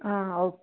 okay